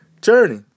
Journey